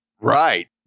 Right